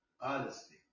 honesty